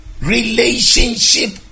relationship